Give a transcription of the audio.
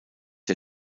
der